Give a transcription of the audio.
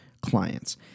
clients